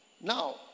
Now